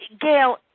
gail